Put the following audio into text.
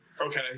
Okay